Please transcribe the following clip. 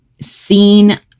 seen